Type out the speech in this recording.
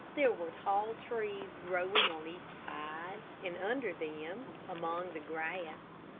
there were tall trees growing on each side, and under them, among the grass,